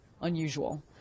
unusual